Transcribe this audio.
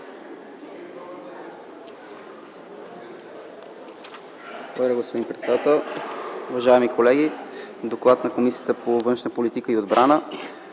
Благодаря, госпожо председател. Уважаеми колеги! „ДОКЛАД на Комисията по външна политика и отбрана